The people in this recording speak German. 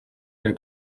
der